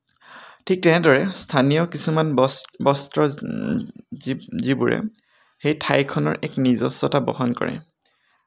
ঠিক তেনেদৰে স্থানীয় কিছুমান বস্ত্ৰ যিবোৰে সেই ঠাইখনৰ এক নিজস্বতা বহন কৰে